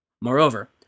Moreover